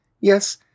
yes